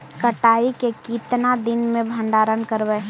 कटाई के कितना दिन मे भंडारन करबय?